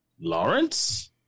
Lawrence